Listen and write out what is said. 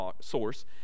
Source